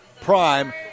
prime